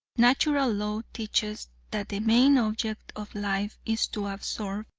natural law teaches that the main object of life is to absorb,